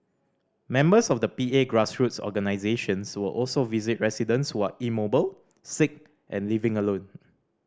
members of the P A grassroots organisations will also visit residents who are immobile sick and living alone